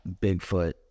Bigfoot